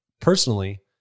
personally